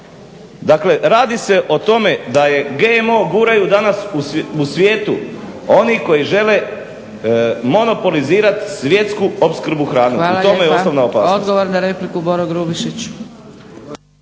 Dakle radi se o tome da GMO guraju danas u svijetu oni koji žele monopolizirati svjetsku opskrbu hranom. U tome je osnovna opasnost.